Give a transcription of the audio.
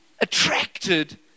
attracted